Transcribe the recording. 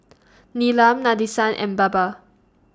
Neelam Nadesan and Baba